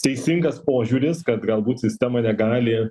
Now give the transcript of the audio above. teisingas požiūris kad galbūt sistema negali